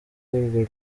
urwo